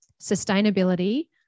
sustainability